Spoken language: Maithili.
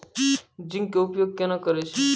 जिंक के उपयोग केना करये?